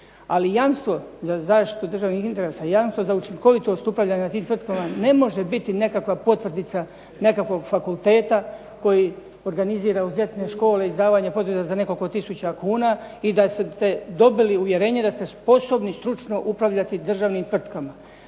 Ali jamstvo za zaštitu državnih interesa, jamstvo za učinkovitost upravljanja tim tvrtkama ne može biti nekakva potvrdica nekakvog fakulteta koji organizira uz ljetne škole izdavanje potvrda za nekoliko tisuća kuna i da ste dobili uvjerenje da ste sposobni stručno upravljati državnim tvrtkama.